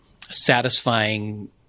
satisfying